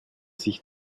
sich